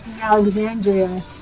Alexandria